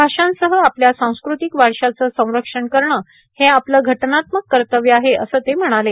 भाषांसह आपल्या सांस्क्रातक वारशाचं संरक्षण करणं हे आपलं घटनात्मक कतव्य आहे असं ते म्हणाले